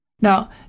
Now